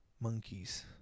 monkeys